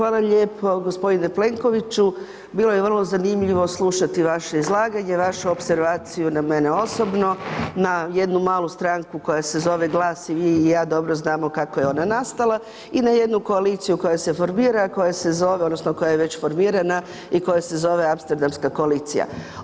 Hvala lijepo g. Plenkoviću, bilo je vrlo zanimljivo slušati vaše izlaganje, vaše opservaciju na mene osobno, na jednu malu stranku koja se zove GLAS i vi i ja dobro znamo kako je ona nastala i na jednu koaliciju koj ase formira koja se zove, odnosno, koja je već formirana, i koja se zove Amsterdamska koalicija.